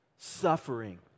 Suffering